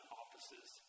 offices